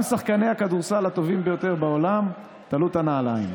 גם שחקני הכדורסל הטובים ביותר בעולם תלו את הנעליים.